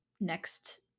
next